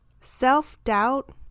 Self-doubt